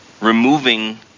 Removing